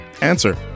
Answer